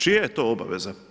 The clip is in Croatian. Čija je to obaveza?